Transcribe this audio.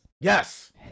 yes